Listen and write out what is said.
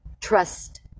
trust